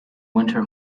winter